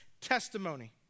testimony